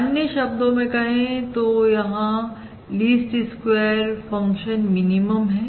अन्य शब्दों में कहें तो जहां लीस्ट स्क्वेयर्स फंक्शन मिनिमम है